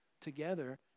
together